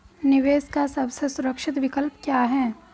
निवेश का सबसे सुरक्षित विकल्प क्या है?